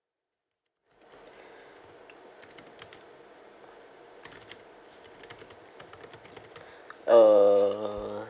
uh